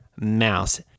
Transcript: mouse